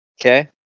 Okay